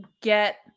get